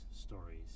stories